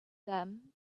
them